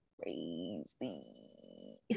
crazy